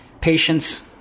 patience